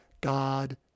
God